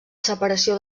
separació